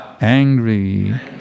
angry